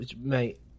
Mate